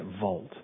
vault